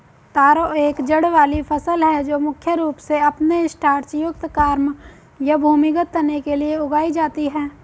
तारो एक जड़ वाली फसल है जो मुख्य रूप से अपने स्टार्च युक्त कॉर्म या भूमिगत तने के लिए उगाई जाती है